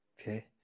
Okay